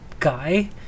guy